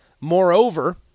Moreover